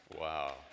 Wow